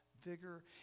vigor